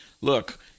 Look